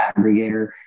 aggregator